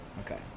Okay